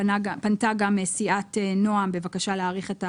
פנתה גם סיעת נעם בבקשה להאריך.